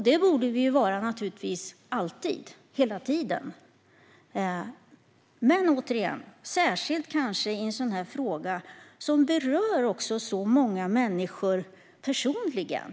Det borde vi naturligtvis alltid vara, men kanske särskilt i en sådan här fråga som berör så många människor personligen.